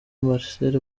marcel